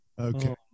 Okay